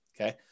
Okay